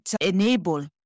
enable